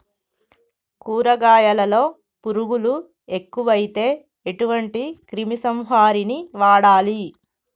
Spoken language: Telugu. కూరగాయలలో పురుగులు ఎక్కువైతే ఎటువంటి క్రిమి సంహారిణి వాడాలి?